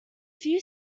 few